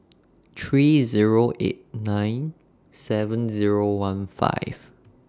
three Zero eight nine seven Zero one five